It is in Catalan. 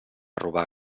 robar